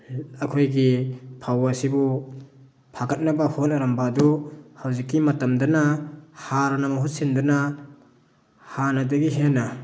ꯑꯩꯈꯣꯏꯒꯤ ꯐꯧ ꯑꯁꯤꯕꯨ ꯐꯒꯠꯅꯕ ꯍꯣꯠꯅꯔꯝꯕ ꯑꯗꯨ ꯍꯧꯖꯤꯛꯀꯤ ꯃꯇꯝꯗꯅ ꯍꯥꯔꯅ ꯃꯍꯨꯠ ꯁꯤꯟꯗꯨꯅ ꯍꯥꯟꯅꯗꯒꯤ ꯍꯦꯟꯅ